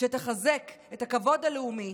שתחזק את הכבוד הלאומי,